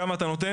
כמה אתה נותן?